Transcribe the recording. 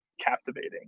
captivating